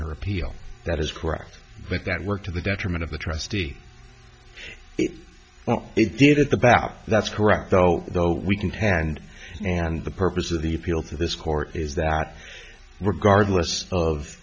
her appeal that is correct with that work to the detriment of the trustee well it did at the back that's correct though though we can hand and the purpose of the appeal to this court is that regardless of